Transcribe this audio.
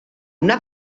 una